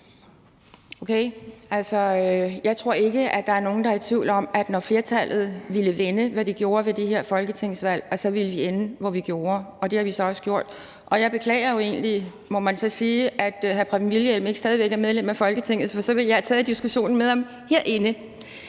Okay, jeg tror ikke, at der er nogen, der er i tvivl om, at vi, når flertallet ville vinde, hvad de gjorde ved det her folketingsvalg, så ville ende, hvor vi gjorde, og det har vi så også gjort, og jeg beklager jo egentlig, må man så sige, at hr. Preben Wilhjelm ikke stadig væk er medlem af Folketinget, for så ville jeg have taget diskussionen med ham herinde.